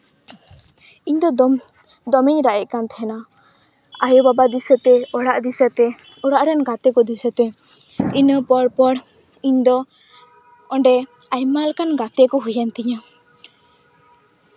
ᱤᱧᱫᱚ ᱫᱚᱢᱮ ᱫᱚᱢᱮᱧ ᱨᱟᱜ ᱮᱫ ᱠᱟᱱ ᱛᱟᱦᱮᱸᱱᱟ ᱟᱭᱚ ᱵᱟᱵᱟ ᱫᱤᱥᱟᱹᱛᱮ ᱚᱲᱟᱜ ᱫᱤᱥᱟᱹ ᱛᱮ ᱚᱲᱟᱜ ᱨᱮᱱ ᱜᱟᱛᱮ ᱠᱚ ᱫᱤᱥᱟᱹᱛᱮ ᱤᱱᱟᱹ ᱯᱚᱨ ᱯᱚᱨ ᱤᱧᱫᱚ ᱚᱸᱰᱮ ᱟᱭᱢᱟ ᱞᱮᱠᱟᱱ ᱜᱟᱛᱮ ᱠᱚ ᱦᱩᱭᱮᱱ ᱛᱤᱧᱟᱹ